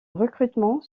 recrutement